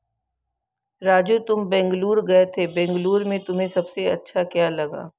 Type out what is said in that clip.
राजू तुम बेंगलुरु गए थे बेंगलुरु में तुम्हें सबसे अच्छा क्या लगा?